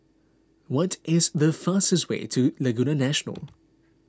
what is the fastest way to Laguna National